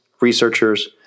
researchers